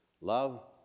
Love